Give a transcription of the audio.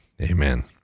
amen